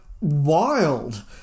wild